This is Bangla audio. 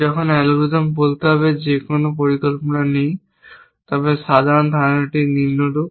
যখন অ্যালগরিদম বলতে হবে যে কোনও পরিকল্পনা নেই তবে সাধারণ ধারণাটি নিম্নরূপ